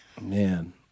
Man